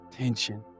Tension